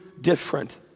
different